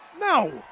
No